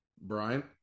Brian